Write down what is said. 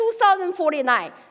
2049